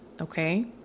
Okay